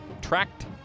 tracked